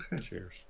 Cheers